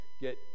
get